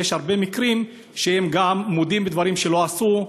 כי יש גם הרבה מקרים שבהם הם מודים בדברים שלא עשו,